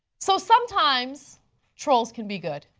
so sometimes trolls can be good.